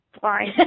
fine